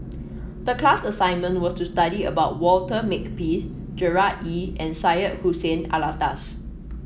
the class assignment was to study about Walter Makepeace Gerard Ee and Syed Hussein Alatas